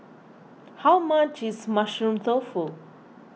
how much is Mushroom Tofu